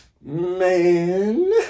man